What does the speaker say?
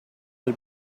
had